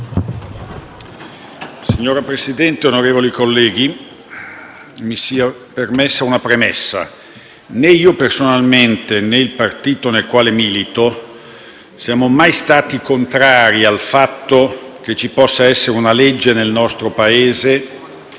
Signora Presidente, onorevoli colleghi, mi sia permessa una premessa. Né io personalmente né il partito nel quale milito siamo mai stati contrari al fatto che ci possa essere una legge nel nostro Paese